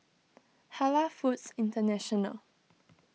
Halal Foods International